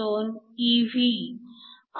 42 eV आहे